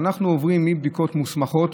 ואנחנו עוברים מבדיקות מוסמכות